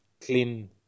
clean